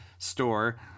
store